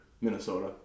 Minnesota